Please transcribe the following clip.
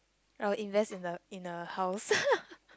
I will invest in a in a house